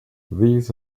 these